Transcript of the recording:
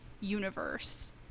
universe